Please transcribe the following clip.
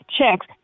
checks